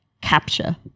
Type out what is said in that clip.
capture